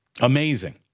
Amazing